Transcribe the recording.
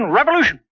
Revolution